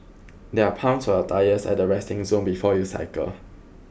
there are pumps for your tyres at the resting zone before you cycle